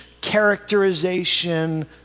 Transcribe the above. characterization